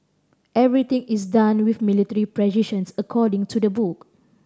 everything is done with military precisions according to the book